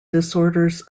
disorders